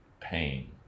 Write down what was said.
pain